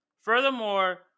Furthermore